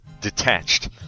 detached